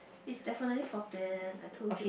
it's definitely fourteen I told you